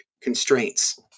constraints